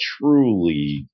truly